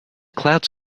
clouds